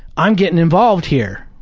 i'm getting involved here,